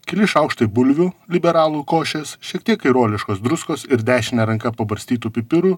keli šaukštai bulvių liberalų košės šiek tiek kairuoliškos druskos ir dešine ranka pabarstytų pipirų